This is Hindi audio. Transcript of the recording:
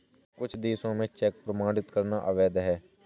कुछ देशों में चेक प्रमाणित करना अवैध है